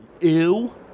ew